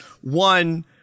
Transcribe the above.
one